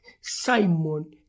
Simon